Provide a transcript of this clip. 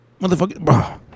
Motherfucker